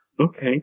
Okay